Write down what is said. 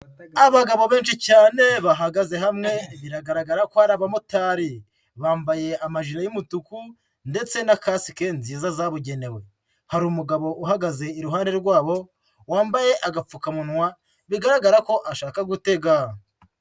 Abagabo benshi cyane bahagaze hamwe biragaragara ko ari abamotari, bambaye amajire y'umutuku ndetse na kasike nziza zabugenewe, hari umugabo uhagaze iruhande rwabo wambaye agapfukamunwa bigaragara ko ashaka gutega.